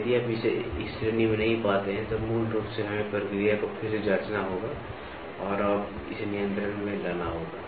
यदि आप इसे इस श्रेणी में नहीं पाते हैं तो मूल रूप से हमें प्रक्रिया को फिर से जांचना होगा और इसे नियंत्रण में लाना होगा